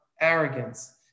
arrogance